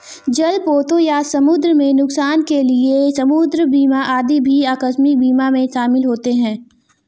जलपोतों या समुद्र में नुकसान के लिए समुद्र बीमा आदि भी आकस्मिक बीमा में शामिल होते हैं